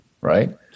right